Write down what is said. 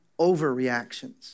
overreactions